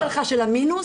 --- של המינוס?